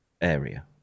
area